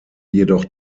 jedoch